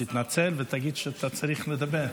תתנצל ותגיד שאתה צריך לדבר.